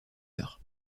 heure